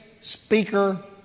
speaker